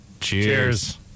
Cheers